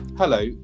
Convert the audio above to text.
Hello